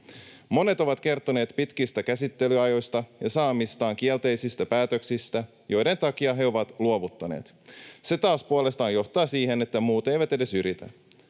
Monet ovat kertoneet pitkistä käsittelyajoista ja saamistaan kielteisistä päätöksistä, joiden takia he ovat luovuttaneet. Se taas puolestaan johtaa siihen, että muut eivät edes yritä.